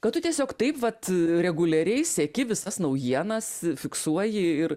ką tu tiesiog taip vat reguliariai seki visas naujienas fiksuoji ir